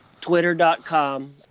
twitter.com